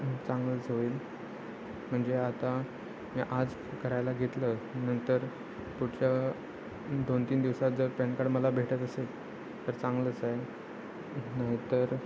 चांगलंच होईल म्हणजे आता मी आज करायला घेतलं नंतर पुढच्या दोन तीन दिवसात जर पॅन कार्ड मला भेटत असेल तर चांगलंच आहे नाही तर